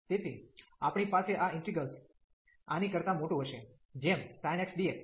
તેથી આપણી પાસે આ ઇન્ટિગ્રેલ્સ આની કરતા મોટું હશે જેમ sin x dx